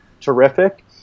terrific